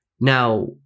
Now